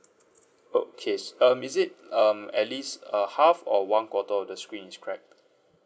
okay um is it um at least uh half or one quarter of the screen is crack